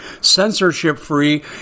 censorship-free